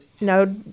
No